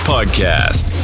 Podcast